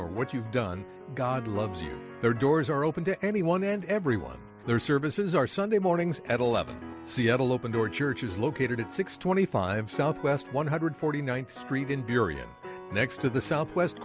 or what you've done god loves you there doors are open to anyone and everyone their services are sunday mornings at eleven seattle open door church is located at six twenty five south west one hundred forty ninth street in berrien next to the southwest